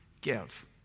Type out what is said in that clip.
give